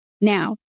now